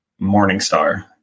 Morningstar